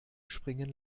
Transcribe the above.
springen